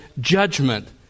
judgment